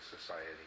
Society